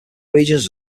regions